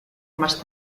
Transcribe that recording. más